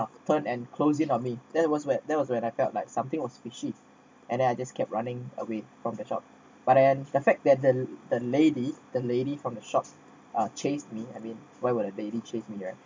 turn and closed in on me that it was where that was when I felt like something was fishy and then I just kept running away from the shop but then the fact that the the lady the lady from the shop uh chase me I mean why would a lady chase me right